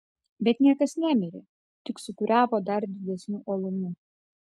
bet niekas nemirė tik sūkuriavo dar didesniu uolumu